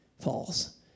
falls